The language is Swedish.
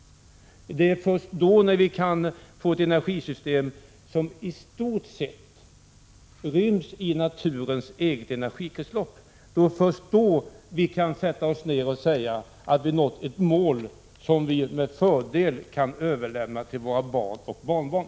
Det är först när vi kan få ett energisystem som i stort sett ryms inom naturens eget energikretslopp som vi kan sätta oss ner och säga att vi har nått ett mål som vi med fördel kan överlämna åt våra barn och barnbarn.